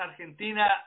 Argentina